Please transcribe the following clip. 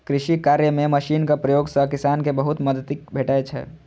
कृषि कार्य मे मशीनक प्रयोग सं किसान कें बहुत मदति भेटै छै